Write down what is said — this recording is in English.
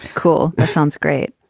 cool. that sounds great.